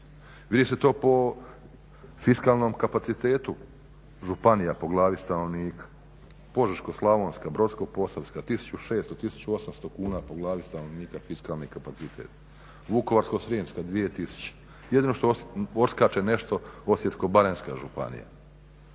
vidi se to po fiskalnom kapacitetu županija po glavi stanovnika, Požeško-slavonska, Brodsko-posavska 1600, 1800 kuna po glavi stanovnika fiskalni kapacitet, Vukovarsko-srijemska 2000, jedino što odskače nešto Osječko-baranjska županija.